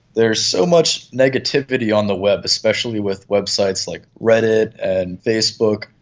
there's so much negativity on the web, especially with websites like reddit and facebook.